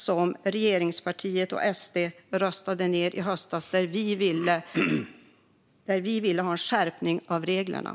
Där ville vi i höstas ha en skärpning av reglerna, som dock regeringspartierna och SD röstade ned.